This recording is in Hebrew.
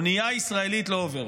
אונייה ישראלית לא עוברת.